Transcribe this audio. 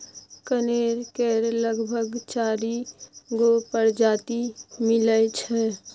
कनेर केर लगभग चारि गो परजाती मिलै छै